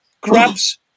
grabs